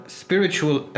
spiritual